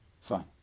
Fine